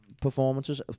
performances